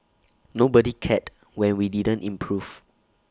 nobody cared when we didn't improve